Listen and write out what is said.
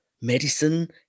medicine